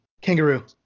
Kangaroo